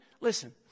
Listen